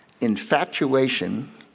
infatuation